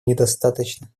недостаточно